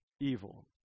evil